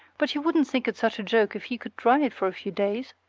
but he wouldn't think it such a joke if he could try it for a few days.